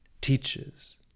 teaches